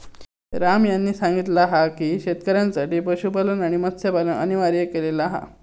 राम यांनी सांगितला हा की शेतकऱ्यांसाठी पशुपालन आणि मत्स्यपालन अनिवार्य केलेला हा